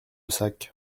sac